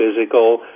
physical